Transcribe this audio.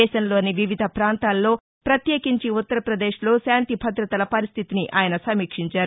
దేశంలోని వివిధ పాంతాల్లో పత్యేకించి ఉత్తర్రపదేశ్లో శాంతి భద్రతల పరిస్థితిని ఆయన సమీక్షించారు